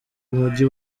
mujyi